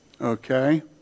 Okay